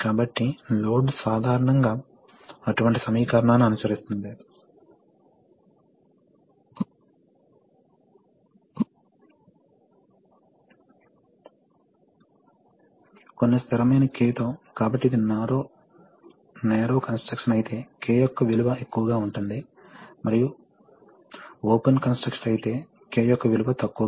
కాబట్టి ఒక pneumatic system లోని ప్రాథమిక అంశాలను ప్రాథమిక పరికరాలను చూద్దాం కాబట్టి మేము కంప్రెషర్ తో ప్రారంభిస్తాము కాబట్టి ఇది కంప్రెసర్ A తరువాత చెక్ వాల్వ్ B ఉంటుంది అక్క్యూమ్లేటార్ లేదా రేజర్వాయర్ యొక్క కంప్రెసర్ ఎయిర్ కలిగి ఉండడం రెస్పాన్స్ వేగాన్ని మెరుగుపరచడం న్యూమాటిక్ సిస్టం లో చాలా అవసరం